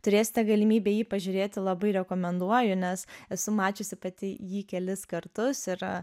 turėsite galimybę jį pažiūrėti labai rekomenduoju nes esu mačiusi pati jį kelis kartus ir